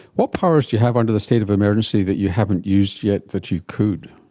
what powers do you have under the state of emergency that you haven't used yet that you could?